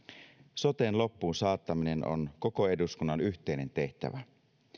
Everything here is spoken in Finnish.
soten loppuun saattaminen on koko eduskunnan yhteinen tehtävä